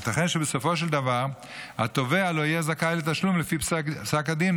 ייתכן שבסופו של דבר התובע לא יהיה זכאי לתשלום לפי פסק הדין,